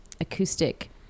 acoustic